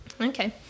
Okay